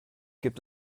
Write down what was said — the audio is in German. gibt